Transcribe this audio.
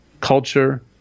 culture